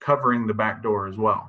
covering the back door as well